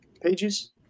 pages